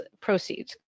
proceeds